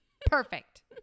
Perfect